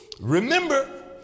Remember